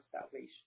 salvation